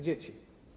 Dzieci.